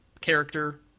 character